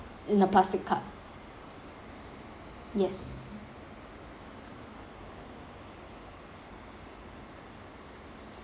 in a plastic cup yes